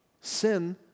sin